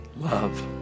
love